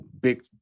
big